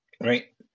Right